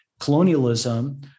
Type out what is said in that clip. colonialism